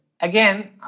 again